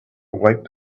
wipe